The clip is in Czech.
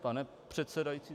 Pane předsedající...